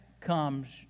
comes